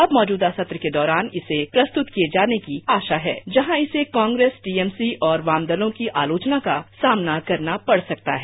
अब मौजूदा सत्र के दौरान इसे प्रस्तुत किए जाने की आशा है जहां इसे कांग्रेस टीएमसी और वाम दलों की आलोचना का सामना करना पड़ सकता है